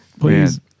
please